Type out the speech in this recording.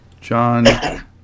John